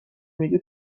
میگه